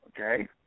Okay